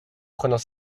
prenant